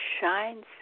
shines